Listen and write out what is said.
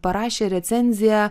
parašė recenziją